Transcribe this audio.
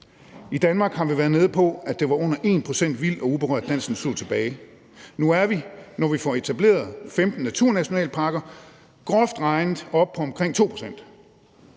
I Danmark har vi været nede på, at der var under 1 pct. vild og uberørt natur tilbage. Nu er vi, når vi får etableret 15 naturnationalparker, groft regnet oppe på omkring 2 pct.